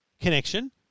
connection